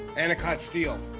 anacott steel.